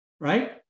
Right